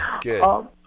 good